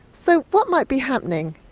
so what might be happening?